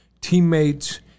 Teammates